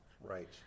Right